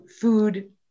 food